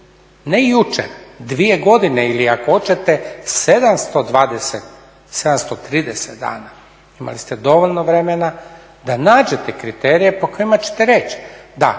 ne jučer, dvije godine ili ako hoćete 720, 730 dana imali ste dovoljno vremena da nađete kriterije po kojima ćete reći